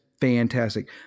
fantastic